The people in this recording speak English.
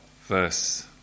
verse